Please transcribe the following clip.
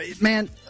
man –